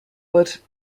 but